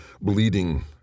bleeding